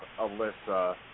Alyssa